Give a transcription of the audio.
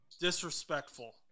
Disrespectful